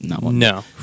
No